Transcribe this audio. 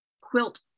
quilt